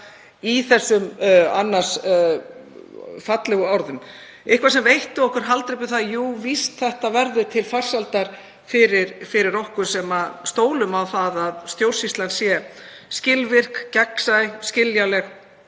í þessum annars fallegu orðum, eitthvað sem veitti okkur haldreipi um að jú víst, þetta yrði til farsældar fyrir okkur sem stólum á að stjórnsýslan sé skilvirk, gegnsæ, skiljanleg